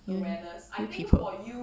can think before